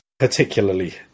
Particularly